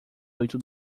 oito